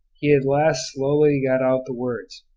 he at last slowly got out the words,